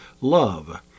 love